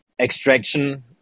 extraction